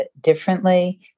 differently